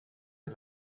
que